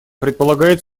предполагает